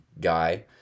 guy